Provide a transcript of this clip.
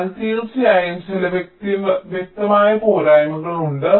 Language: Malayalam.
എന്നാൽ തീർച്ചയായും ചില വ്യക്തമായ പോരായ്മകളുണ്ട്